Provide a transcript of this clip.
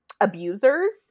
abusers